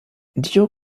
duke